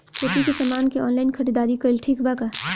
खेती के समान के ऑनलाइन खरीदारी कइल ठीक बा का?